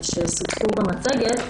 שהוצגו במצגת.